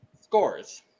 Scores